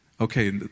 Okay